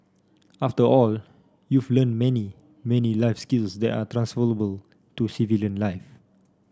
after all you've learnt many many life skills that are transferable to civilian life